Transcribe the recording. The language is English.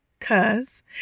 Cause